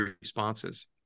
responses